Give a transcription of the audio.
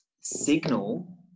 signal